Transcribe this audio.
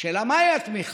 השאלה היא מהי התמיכה,